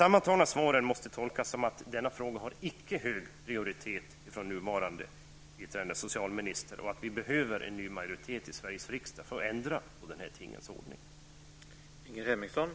Sammantaget måste svaren här tolkas så, att biträdande socialministern icke prioriterar denna fråga särskilt högt. Det behövs således en ny majoritet i Sveriges riksdag för att det skall bli möjligt att ändra på denna tingens ordning.